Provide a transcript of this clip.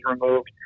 removed